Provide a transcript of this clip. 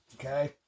Okay